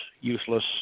useless